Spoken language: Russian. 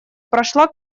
прошла